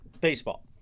Baseball